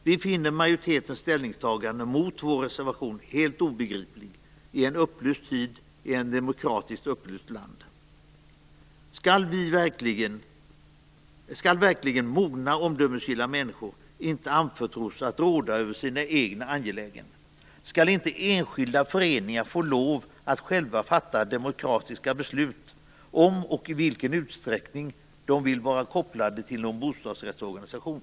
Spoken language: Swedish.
Vi finner majoritetens ställningstagande mot vår reservation helt obegripligt i en upplyst tid och i ett demokratiskt, upplyst land. Skall verkligen mogna, omdömesgilla människor inte anförtros att vårda sina egna angelägenheter? Skall inte enskilda föreningar själva få fatta demokratiska beslut om huruvida och i vilken utsträckning de vill vara kopplade till någon bostadsrättsorganisation?